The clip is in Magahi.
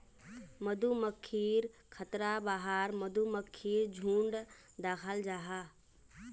मधुमक्खिर छत्तार बाहर मधुमक्खीर झुण्ड दखाल जाहा